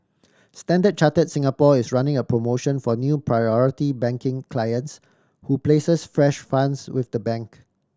Standard Chartered Singapore is running a promotion for new Priority Banking clients who places fresh funds with the bank